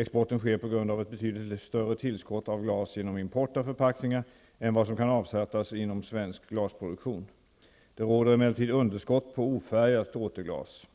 Exporten sker på grund av ett betydligt större tillskott av glas genom import av förpackningar än vad som kan avsättas inom svensk glasproduktion. Det råder emellertid underskott på ofärgat återglas.